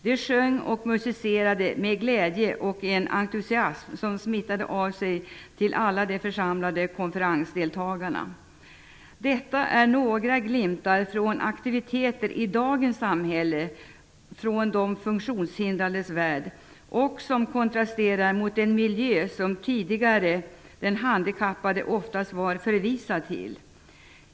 Det sjöng och musicerade med en glädje och entusiasm som smittade av sig till alla de församlade konferensdeltagarna. Detta är några glimtar från aktiviteter i dagens samhälle från de funktionshindrades värld, och som kontrasterar mot den miljö som den handikappade tidigare oftast var förvisad till.